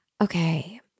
Okay